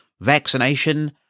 vaccination